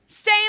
Stay